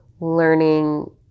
learning